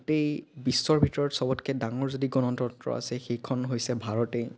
গোটেই বিশ্বৰ ভিতৰত সবতকৈ ডাঙৰ যদি গণতন্ত্ৰ আছে সেইখন হৈছে ভাৰতেই